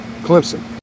Clemson